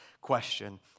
question